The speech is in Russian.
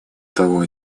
того